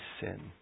sin